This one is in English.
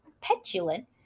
petulant